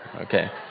Okay